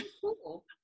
Cool